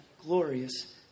glorious